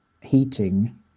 heating